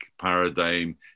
paradigm